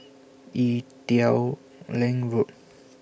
Ee Teow Leng Road